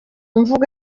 mvugo